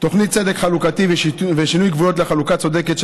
תוכנית צדק חלוקתי ושינוי גבולות לחלוקה צודקת של